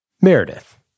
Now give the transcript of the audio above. Meredith